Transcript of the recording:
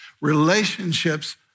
Relationships